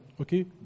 okay